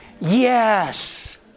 Yes